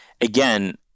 again